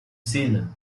zealand